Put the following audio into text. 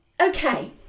okay